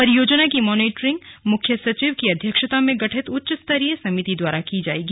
परियोजना की मॉनिटरिंग मुख्य सचिव की अध्यक्षता में गठित उच्च स्तरीय समिति द्वारा की जाएगी